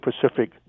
Pacific